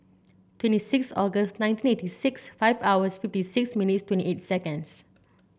twenty six August nineteen eight six five hours fifty six minutes twenty eight seconds